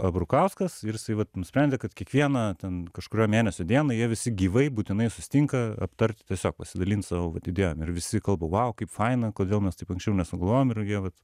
abrukauskas ir jisai vat nusprendė kad kiekvieną ten kažkurio mėnesio dieną jie visi gyvai būtinai susitinka aptarti tiesiog pasidalint savo vat idėjom ir visi kalba vau kaip faina kodėl mes taip anksčiau nesugalvojom ir jie vat